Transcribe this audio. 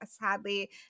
sadly